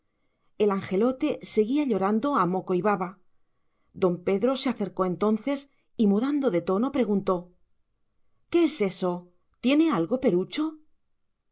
el angelote seguía llorando a moco y baba don pedro se acercó entonces y mudando de tono preguntó qué es eso tiene algo perucho